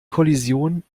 kollision